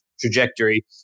trajectory